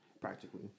practically